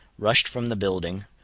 rushed from the building,